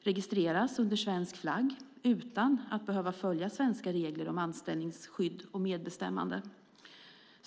registreras under svensk flagg utan att behöva följa svenska regler om anställningsskydd och medbestämmande.